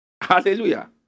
Hallelujah